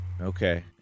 Okay